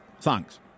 Thanks